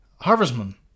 Harvestman